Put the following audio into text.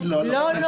לא.